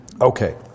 Okay